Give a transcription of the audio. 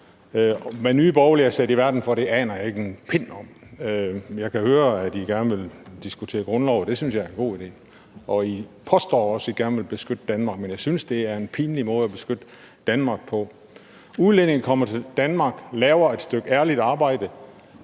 Hvad Nye Borgerlige er sat i verden for, aner jeg ikke en pind om, men jeg kan høre, at I gerne vil diskutere grundlov, og det synes jeg er en god idé. I påstår også, at I gerne vil beskytte Danmark, men jeg synes, det er en pinlig måde at beskytte Danmark på. Udlændinge kommer til Danmark, laver et stykke ærligt arbejde,